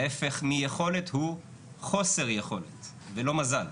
ההיפך מיכולת הוא חוסר יכולת ולא מזל.